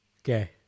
Okay